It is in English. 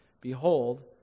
Behold